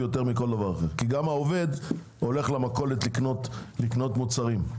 כי גם העובד הולך למכולת לקנות מוצרים.